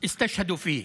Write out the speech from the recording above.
הפכו לשהידים.